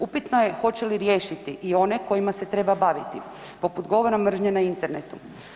Upitno je hoće li riješiti i one kojima se treba baviti poput govora mržnje na Internetu.